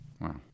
Wow